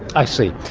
i see.